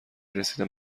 رسیدن